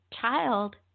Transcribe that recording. child